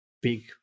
big